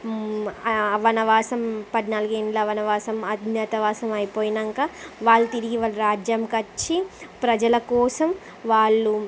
ఆ వనవాసం పద్నాలుగు ఏళ్ళ వనవాసం అజ్ఞాతవాసం అయిపోయాక వాళ్ళు తిరిగి వాళ్ళ రాజ్యానికి వచ్చి ప్రజల కోసం వాళ్ళు